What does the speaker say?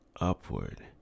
upward